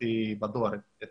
קיבלתי בדואר את